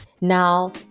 now